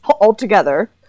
altogether